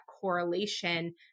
correlation